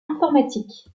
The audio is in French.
informatique